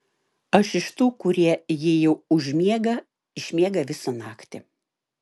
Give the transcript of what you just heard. aš iš tų kurie jei jau užmiega išmiega visą naktį